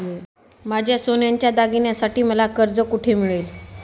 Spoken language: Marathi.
माझ्या सोन्याच्या दागिन्यांसाठी मला कर्ज कुठे मिळेल?